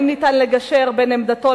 האם ניתן לגשר בין עמדתו,